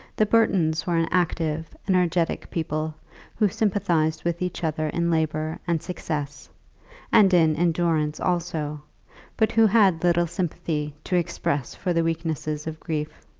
the burtons were an active, energetic people who sympathized with each other in labour and success and in endurance also but who had little sympathy to express for the weaknesses of grief.